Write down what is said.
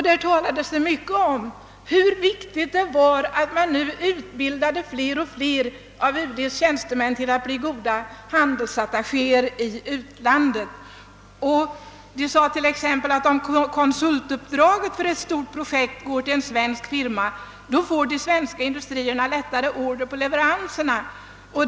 Där talades det mycket om hur viktigt det var att man nu utbildade allt fler av utrikesdepartementets tjänstemän till att bli goda handelsattachéer i utlandet. Det sades t.ex.: »Om konsultuppdraget för ett stort projekt går till en svensk firma får de svenska industrierna lättare order på leveranserna.